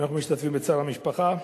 אנחנו משתתפים בצער המשפחה.